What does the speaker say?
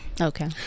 Okay